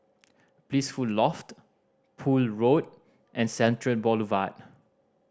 Blissful Loft Poole Road and Central Boulevard